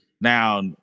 Now